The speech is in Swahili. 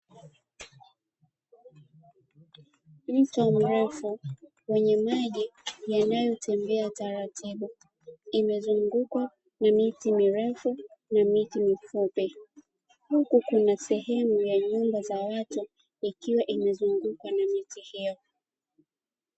Mto mrefu wenye maji yanayotembea taratibu imezungukwa na miti mirefu na miti mifupi, huku kuna sehemu ya nyumba za watu ikiwa imezungukwa na miti hiyo.